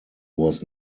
was